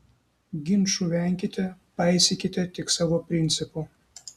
ginčų venkite paisykite tik savo principų